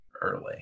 early